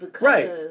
Right